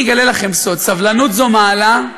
אני אגלה לכם סוד, סבלנות זו מעלה,